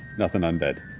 nothing undead.